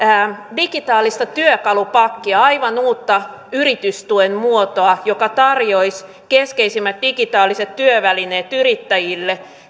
digitaalista työkalupakkia aivan uutta yritystuen muotoa joka tarjoaisi keskeisimmät digitaaliset työvälineet yrittäjille